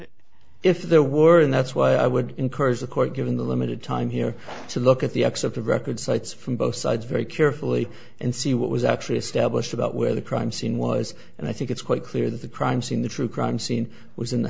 there were and that's why i would encourage the court given the limited time here to look at the excerpt of record sites from both sides very carefully and see what was actually established about where the crime scene was and i think it's quite clear that the crime scene the true crime scene was in the